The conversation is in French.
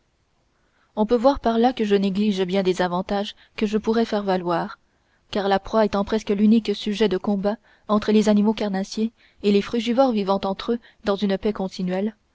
on peut voir par là que je néglige bien des avantages que je pourrais faire valoir car la proie étant presque l'unique sujet de combat entre les animaux carnassiers et les frugivores vivant entre eux dans une paix continuelle